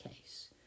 case